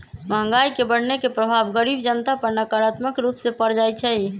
महंगाई के बढ़ने के प्रभाव गरीब जनता पर नकारात्मक रूप से पर जाइ छइ